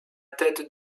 tête